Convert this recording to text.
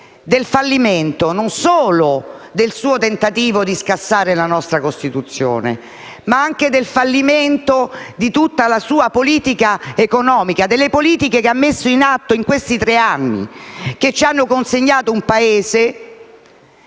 del fallimento del suo tentativo di scassare la nostra Costituzione, ma anche del fallimento di tutta la sua politica economica e delle politiche che ha messo in atto in questi tre anni, che hanno consegnato un Paese